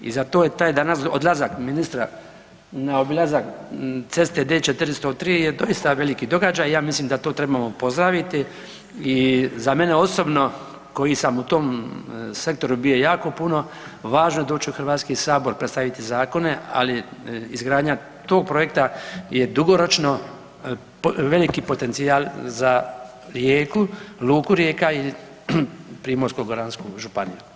I zato je taj danas odlazak ministra na obilazak ceste D 403 doista veliki događaj, ja mislim da to trebamo pozdraviti i za mene osobno, koji sam u tom sektoru bio jako puno, važno je doći u Hrvatski sabor, predstaviti zakone, ali izgradnja tog projekta je dugoročno veliki potencijal za Rijeku, luku Rijeka i Primorsko-goransku županiju.